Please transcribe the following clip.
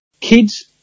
kids